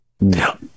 No